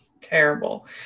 Terrible